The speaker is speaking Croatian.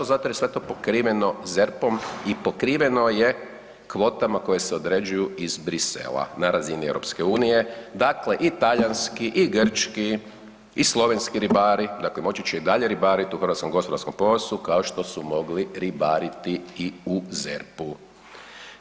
Zato jer je sve to pokriveno ZERP-om i pokriveno je kvotama koje se određuju iz Bruxellesa na razini EU, dakle i talijanski i grčki i slovenski ribari moći će i dalje ribariti u hrvatskom gospodarskom pojasu kao što su mogli ribariti i u ZERP-u.